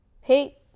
hey